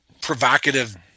provocative